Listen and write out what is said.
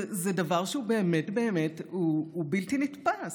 זה דבר שהוא באמת באמת בלתי נתפס.